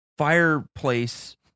fireplace